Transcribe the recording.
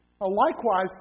Likewise